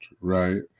right